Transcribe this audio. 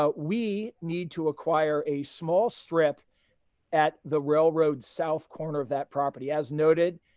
ah we need to acquire a small strip at the railroad south corner of that property. as noted,